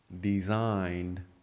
designed